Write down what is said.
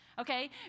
Okay